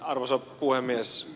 arvoisa puhemies